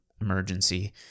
emergency